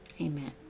Amen